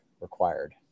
required